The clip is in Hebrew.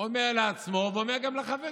אומר לעצמו, ואומר גם לחברים: